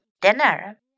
dinner